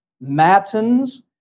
Matins